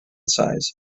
size